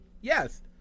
yes